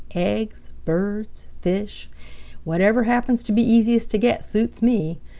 eggs, birds, fish whatever happens to be easiest to get suits me.